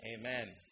Amen